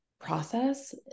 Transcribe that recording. process